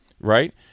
right